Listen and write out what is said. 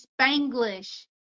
Spanglish